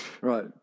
Right